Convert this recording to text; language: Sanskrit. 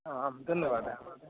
आम् धन्यवाद महोदय